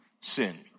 sin